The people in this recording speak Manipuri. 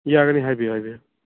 ꯌꯥꯒꯅꯤ ꯍꯥꯏꯕꯤꯌꯨ ꯍꯥꯏꯕꯤꯌꯨ